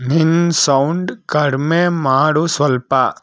ನಿನ್ನ ಸೌಂಡ್ ಕಡಿಮೆ ಮಾಡು ಸ್ವಲ್ಪ